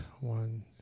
one